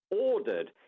ordered